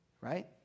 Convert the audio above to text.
right